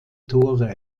tore